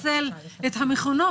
אני מבינה שזה לנצל את המכונות,